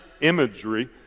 imagery